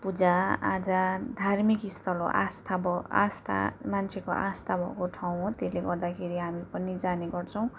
पूजा आजा धार्मिक स्थल हो आस्था भो आस्था मान्छेको आस्था भएको ठाउँ हो त्यसले गर्दाखेरि हामी पनि जाने गर्छौँ